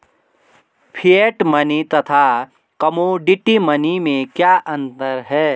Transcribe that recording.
Fiat money तथा commodity money में क्या अंतर है?